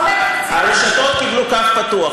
הרשתות קיבלו קו פתוח.